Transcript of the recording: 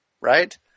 Right